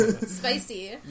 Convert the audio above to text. Spicy